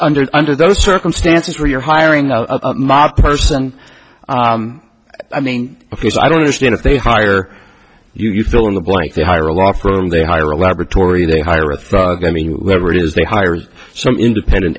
under under those circumstances where you're hiring a mob person i mean because i don't understand if they hire you you fill in the blank they hire a law firm they hire a laboratory they hire a thug i mean whoever it is they hire some independent